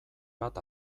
bat